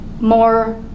more